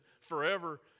forever